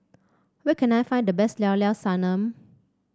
where can I find the best Llao Llao Sanum